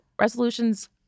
resolutions